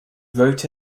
wrote